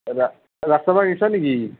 ৰা ৰাস চাবা গেছা নেকি